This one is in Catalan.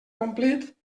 complit